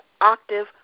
octave